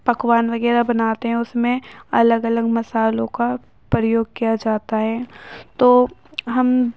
پکوان وغیرہ بناتے ہیں اس میں الگ الگ مصالحوں کا پریوگ کیا جاتا ہے تو ہم